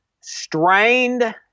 strained